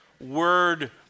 word